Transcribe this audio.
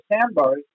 sandbars